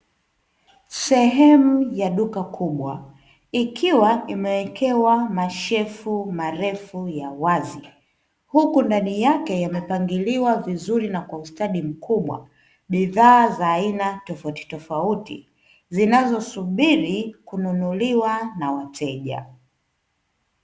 Sehemu ya duka kubwa ikiwa imewekewa mashelfu marefu ya wazi, huku ndani yake yamepangiliwa vizuri na kwa ustadi mkubwa bidhaa za aina tofautitofauti zinazosubiri kununuliwa na wateja.